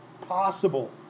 possible